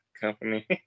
company